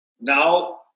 Now